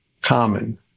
common